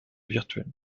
virtuel